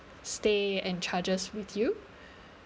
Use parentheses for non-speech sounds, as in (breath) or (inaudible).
stay and charges with you (breath)